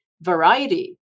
variety